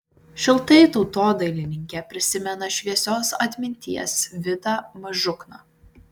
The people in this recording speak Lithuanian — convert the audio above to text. šiltai tautodailininkė prisimena šviesios atminties vidą mažukną